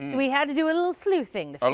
we had to do a little sleuthing.